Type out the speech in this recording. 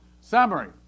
Summary